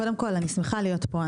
קודם כל אני שמחה להיות פה.